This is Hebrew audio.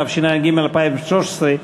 התשע"ג 2013,